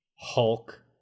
hulk